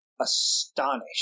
astonished